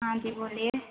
हाँ जी बोलिए